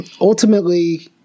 ultimately